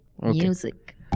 Music